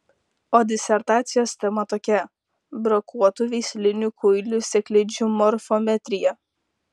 o disertacijos tema tokia brokuotų veislinių kuilių sėklidžių morfometrija